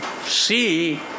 see